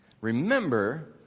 Remember